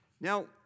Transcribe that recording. Now